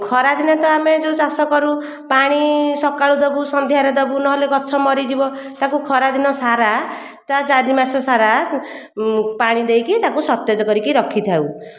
ଖରାଦିନେ ତ ଆମେ ଯେଉଁ ଚାଷ କରୁ ପାଣି ସକାଳୁ ଦେବୁ ସନ୍ଧ୍ୟାରେ ଦେବୁ ନହେଲେ ଗଛ ମରିଯିବ ତାକୁ ଖରାଦିନ ସାରା ତା ଚାରିମାସ ସାରା ପାଣି ଦେଇକି ତାକୁ ସତେଜ କରିକି ରଖିଥାଉ